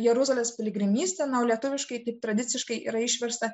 jeruzalės piligrimystė lietuviškai taip tradiciškai yra išversta